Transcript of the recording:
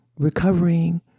Recovering